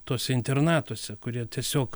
tuose internatuose kurie tiesiog